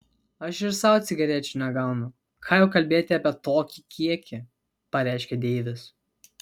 aš ir sau cigarečių negaunu ką jau kalbėti apie tokį kiekį pareiškė deivis